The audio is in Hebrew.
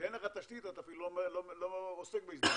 כשאין לך תשתית, אתה אפילו לא עוסק בהזדמנויות.